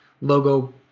logo